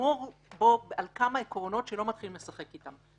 לשמור בו על כמה עקרונות שלא משחקים איתם.